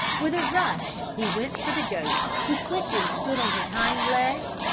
with a rush he went for the goat, who quickly stood on his hind legs,